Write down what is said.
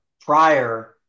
prior